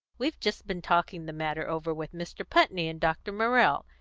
we've just been talking the matter over with mr. putney and dr. morrell,